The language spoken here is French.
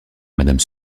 madame